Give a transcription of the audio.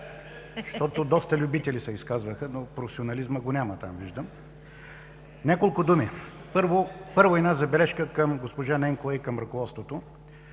Защото доста любители се изказаха, но професионализмът го няма там, виждам. Няколко думи. Първо, една забележка към госпожа Ненкова и към ръководството.